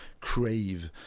crave